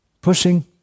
Pushing